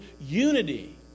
unity